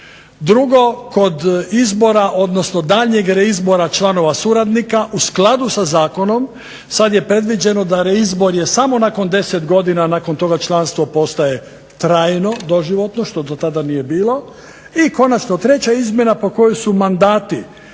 Drugo, kod izbora odnosno kod daljnjeg reizbora članova suradnika u skladu sa zakonom sada je predviđeno da je reizbor samo nakon 10 godina, nakon toga članstvo postaje trajno, doživotno što to tada nije bilo. I konačno treća izmjena po kojoj su mandati